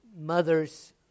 mother's